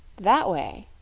that way,